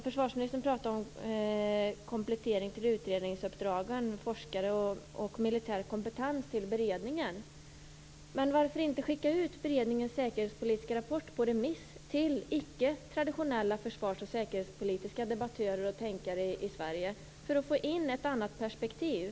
Försvarsministern pratar om en komplettering till utredningsuppdragen, om forskare och militär kompetens till beredningen. Varför inte skicka ut beredningens säkerhetspolitiska rapport på remiss till icketraditionella försvars och säkerhetspolitiska debattörer och tänkare i Sverige, för att få in ett annat perspektiv?